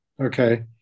Okay